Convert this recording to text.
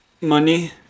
Money